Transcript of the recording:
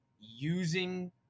using